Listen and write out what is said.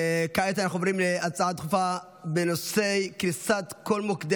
כעת אנחנו עוברים להצעה דחופה בנושא: קריסת כל מוקדי